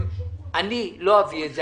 אני לא אביא את זה.